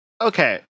Okay